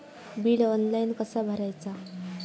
Bill online कसा भरायचा?